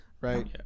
right